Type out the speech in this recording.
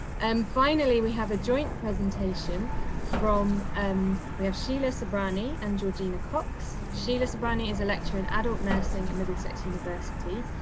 and finally we have a joint presentation from um we have sheila sobrany and georgina cox. sheila sobrany is electron adult nursing at middlesex university.